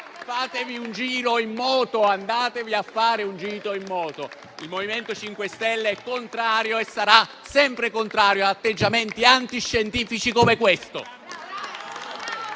Fatevi un giro in moto. Andatevi a fare un giro in moto. Il MoVimento 5 Stelle è contrario e sarà sempre contrario ad atteggiamenti antiscientifici come questo.